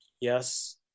Yes